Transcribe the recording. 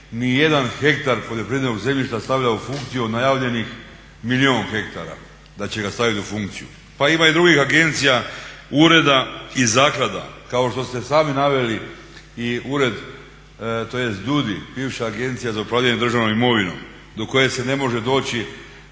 ni jedan hektar poljoprivrednog zemljišta stavila u funkciju od najavljenih milijun hektara da će ga staviti u funkciju. Pa ima i drugih agencija, ureda i zaklada. Kao što ste sami naveli i ured tj. DUDI, bivša Agencija za upravljanje državnom imovinom do koje se ne može doći